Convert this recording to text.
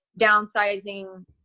downsizing